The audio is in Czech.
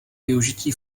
využití